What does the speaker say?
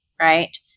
right